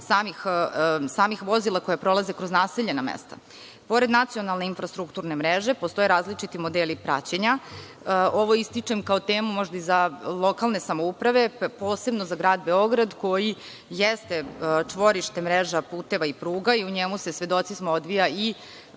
samih vozila koja prolaze kroz naseljena mesta. Pored nacionalne infrastrukturne mreže, postoje različiti modeli praćenja. Ovo ističem kao temu možda i za lokalne samouprave, posebno za grad Beograd, koji jeste čvorište mreža, puteva i pruga i u njemu se, svedoci smo, odvija i